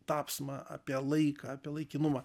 tapsmą apie laiką apie laikinumą